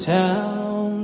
town